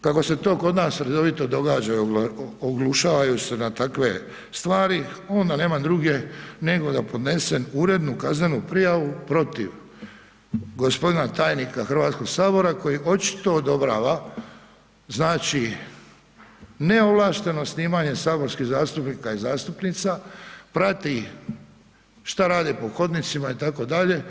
Kako se to kod nas redovito događa, oglušavaju se na takve stvari, onda nema druge nego da podnesem urednu kaznenu prijavu protiv g. tajnika Hrvatskoga sabora koji očito odobrava, znači, neovlašteno snimanje saborskih zastupnika i zastupnica, prati što rade po hodnicima, itd.